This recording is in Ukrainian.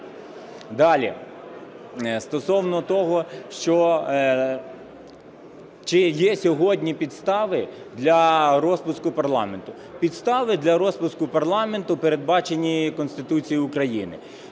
Далі. Стосовно того, чи є сьогодні підстави для розпуску парламенту? Підстави для розпуску парламенту передбачені Конституцією України.